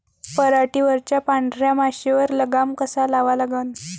पराटीवरच्या पांढऱ्या माशीवर लगाम कसा लावा लागन?